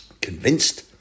convinced